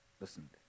Listen